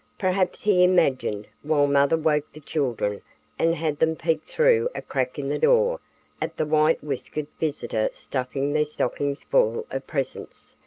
perhaps he imagined, while mother woke the children and had them peek through a crack in the door at the white whiskered visitor stuffing their stockings full of presents,